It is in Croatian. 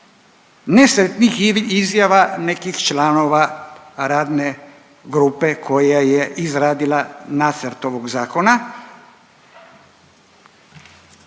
nesretnih izjava nekih članova radne grupe koja je izradila nacrt ovog zakona.